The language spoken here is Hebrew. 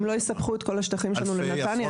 אם לא יספחו את כל השטחים שלנו לנתניה,